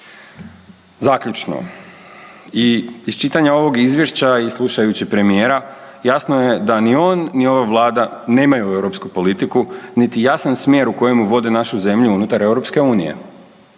Zaključno. Iz čitanja ovog izvješća i slušajući premijera jasno je da ni on ni ova Vlada nemaju europsku politiku niti jasan smjer u kojem vode našu zemlju unutar EU. Premijeru